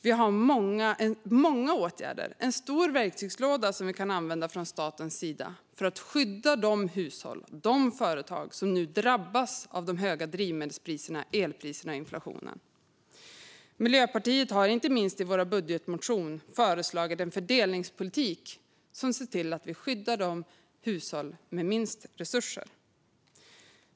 Vi har många åtgärder, en stor verktygslåda, som staten kan använda för att skydda de hushåll och företag som nu drabbas av de höga drivmedelspriserna, elpriserna och inflationen. Miljöpartiet har, inte minst i vår budgetmotion, föreslagit en fördelningspolitik som ser till att skydda de hushåll som har minst resurser.